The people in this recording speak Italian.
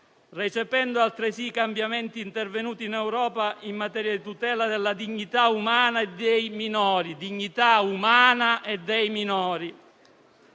recependo, altresì, cambiamenti intervenuti in Europa in materia di tutela della dignità umana e dei minori,